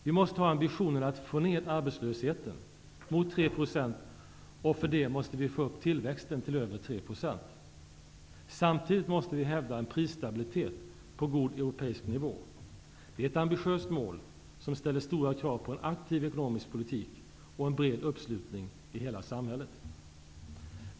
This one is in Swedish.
Vi måste ha ambitionen att få ned arbetslösheten mot 3 %, och för att få detta att lyckas måste vi få upp tillväxten till över 3 % per år. Samtidigt måste vi hävda en prisstabilitet på god europeisk nivå. Det är ett ambitiöst mål som ställer stora krav på en aktiv ekonomisk politik och på en bred uppslutning i hela samhället.